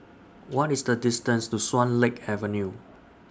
What IS The distance to Swan Lake Avenue